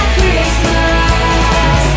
Christmas